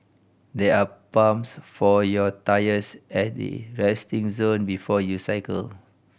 there are pumps for your tyres at the resting zone before you cycle